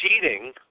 cheating